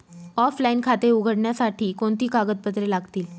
Offline खाते उघडण्यासाठी कोणती कागदपत्रे लागतील?